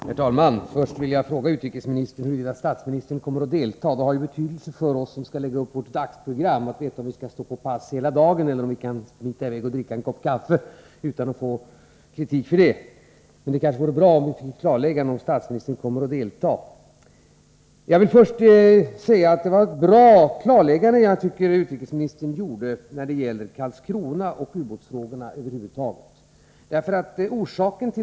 Herr talman! Först vill jag fråga utrikesministern huruvida statsministern kommer att delta i debatten. Det har ju betydelse för oss när vi skall lägga upp vårt dagsprogram att veta om vi skall stå på pass hela dagen eller om vi kan smita iväg och dricka en kopp kaffe utan att få kritik för det. Det vore bra om vi kunde få ett klarläggande huruvida statsministern kommer att delta. Jag vill så säga att jag tycker det var ett bra klarläggande utrikesministern gjorde när det gäller Karlskrona och ubåtsfrågorna över huvud taget.